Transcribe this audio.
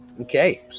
Okay